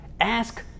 Ask